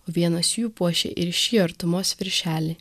vienas jų puošė ir šį artumos viršelį